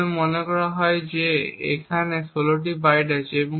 প্রথমে মনে করা হয় যে এখানে 16টি বাইট আছে